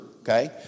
Okay